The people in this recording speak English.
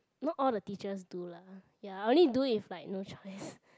not all the teachers do lah ya I'll only do it if like no choice